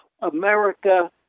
America